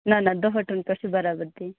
نہَ نہَ دُہٲٹھَن پٮ۪ٹھ چھِ بَرابَری